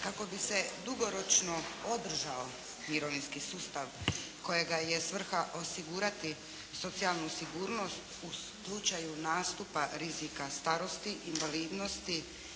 Kako bi se dugoročno održao mirovinski sustav kojega je svrha osigurati socijalnu sigurnost u slučaju nastupa rizika starosti, invalidnosti